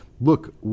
look